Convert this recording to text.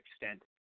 extent